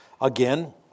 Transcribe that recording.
Again